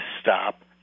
stop